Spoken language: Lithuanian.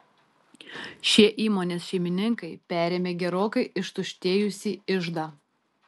šie įmonės šeimininkai perėmė gerokai ištuštėjusį iždą